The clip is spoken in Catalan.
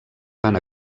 fan